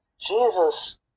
Jesus